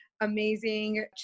amazing